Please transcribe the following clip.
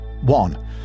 One